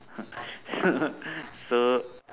so so